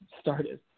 started